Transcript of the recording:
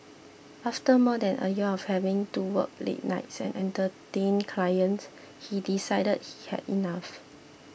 after more than a year of having to work late nights and Entertain Clients he decided he had had enough